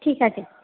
ঠিক আছে